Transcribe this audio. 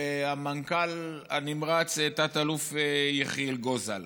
והמנכ"ל הנמרץ תת-אלוף יחיאל גוזל.